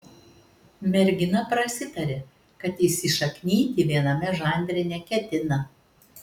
mergina prasitarė kad įsišaknyti viename žanre neketina